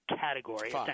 category